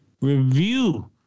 Review